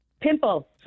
pimple